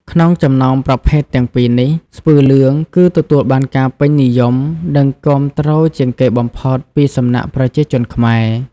ក្នុងចំណោមប្រភេទទាំងពីរនេះ ស្ពឺលឿង គឺទទួលបានការពេញនិយម និងគាំទ្រជាងគេបំផុតពីសំណាក់ប្រជាជនខ្មែរ។